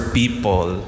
people